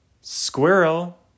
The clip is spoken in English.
Squirrel